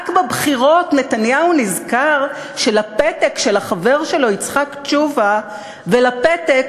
רק בבחירות נתניהו נזכר שלפתק של החבר שלו יצחק תשובה ולפתק